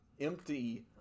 empty